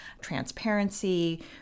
transparency